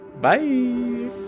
bye